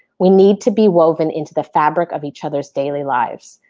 we need to be woven into the fabric of each other's daily lives.